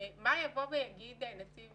מה יבוא ויגיד נציב